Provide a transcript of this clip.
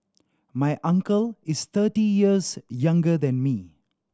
my uncle is thirty years younger than me